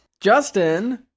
Justin